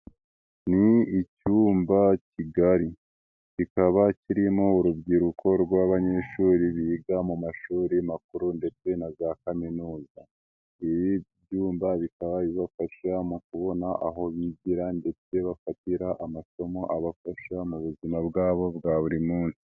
Ni icyumba kigari, kikaba kirimo urubyiruko rw'abanyeshuri biga mu mashuri makuru ndetse na za kaminuza, ibi byumba bikababafasha mu kubona aho bigira ndetse bafatira, amasomo abafasha mu buzima bwabo bwa buri munsi.